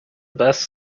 best